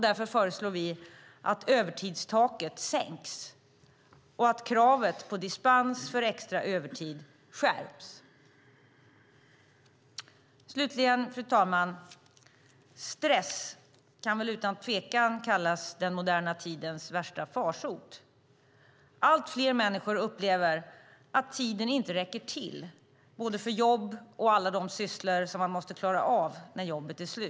Därför föreslår vi att övertidstaket sänks och att kravet på dispens för extra övertid skärps. Slutligen, fru talman: Stress kan utan tvekan kallas den moderna tidens värsta farsot. Allt fler människor upplever att tiden inte räcker till vare sig för jobb eller för alla de sysslor som man måste klara av när jobbet är slut.